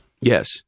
Yes